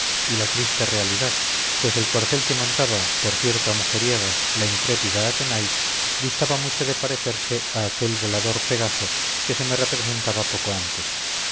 y la triste realidad pues el corcel que montaba por cierto a mujeriegas la intrépida athenais distaba mucho de parecerse a aquel volador pegaso que se me representaba poco antes